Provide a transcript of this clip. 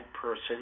person